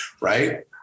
Right